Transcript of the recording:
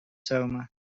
tomen